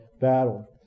battle